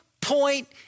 point